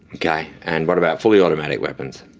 okay, and what about fully automatic weapons?